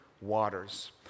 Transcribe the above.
waters